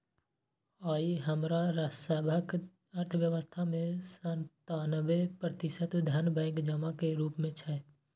आइ हमरा सभक अर्थव्यवस्था मे सत्तानबे प्रतिशत धन बैंक जमा के रूप मे छै